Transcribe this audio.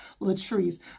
Latrice